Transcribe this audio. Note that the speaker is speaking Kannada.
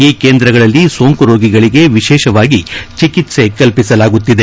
ಈ ಕೇಂದ್ರಗಳಲ್ಲಿ ಸೋಂಕು ರೋಗಿಗಳಿಗೆ ವಿಶೇಷವಾಗಿ ಚಿಕಿತ್ಲ ಕಲ್ವಿಸಲಾಗುತ್ತಿದೆ